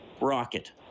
Rocket